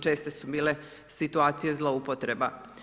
Česte su bile situacije zloupotreba.